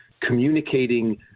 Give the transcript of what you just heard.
communicating